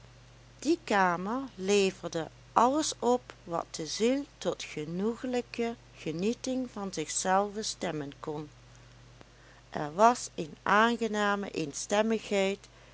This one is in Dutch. die kamer leverde alles op wat de ziel tot genoegelijke genieting van zichzelve stemmen kon er was eene aangename